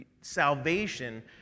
salvation